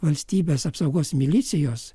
valstybės apsaugos milicijos